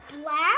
black